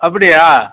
அப்படியா